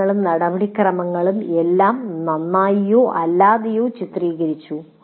ആശയങ്ങളും നടപടിക്രമങ്ങളും എല്ലാം നന്നായിയോ അല്ലാതെയോ ചിത്രീകരിച്ചു